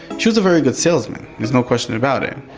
she was a very good salesman, there's no question about it,